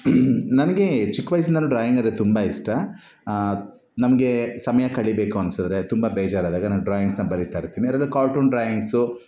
ನನಗೆ ಚಿಕ್ಕ ವಯಸ್ಸಿಂದನು ಡ್ರಾಯಿಂಗ್ ಅದರೆದ್ರೆ ತುಂಬ ಇಷ್ಟ ನಮಗೆ ಸಮಯ ಕಳೀಬೇಕು ಅನಿಸಿದ್ರೆ ತುಂಬ ಬೇಜಾರಾದಾಗ ನಾನು ಡ್ರಾಯಿಂಗ್ನ ಬರಿತಾ ಇರ್ತೀನಿ ಅಂದರೆ ಕಾರ್ಟೂನ್ ಡ್ರಾಯಿಂಗ್ಸು